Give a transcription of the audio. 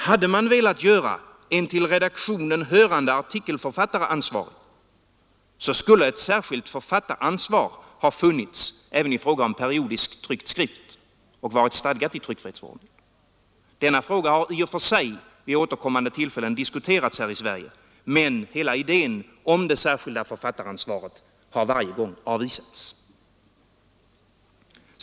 Hade man velat göra en till redaktionen hörande artikelförfattare ansvarig, skulle ett särskilt författaransvar ha funnits även i fråga om periodisk skrift. Denna fråga har vid återkommande tillfällen diskuterats i Sverige, men hela idéen om det särskilda författaransvaret har varje gång avvisats.